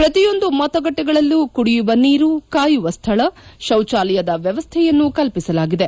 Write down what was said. ಪ್ರತಿಯೊಂದು ಮತಗಟ್ಟೆಗಳಲ್ಲೂ ಕುಡಿಯುವ ನೀರು ಕಾಯುವ ಸ್ಥಳ ಶೌಚಾಲಯದ ವ್ಯವಸ್ಥೆಯನ್ನು ಕಲ್ಪಿಸಲಾಗಿದೆ